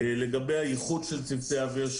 לגבי הייחוד של צוותי האוויר,